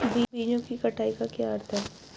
बीजों की कटाई का क्या अर्थ है?